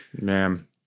Man